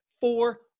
Four